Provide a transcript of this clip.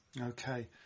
okay